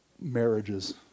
marriages